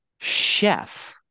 Chef